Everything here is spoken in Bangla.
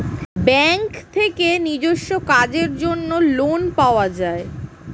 ব্যাঙ্ক থেকে নিজস্ব কাজের জন্য লোন পাওয়া যায়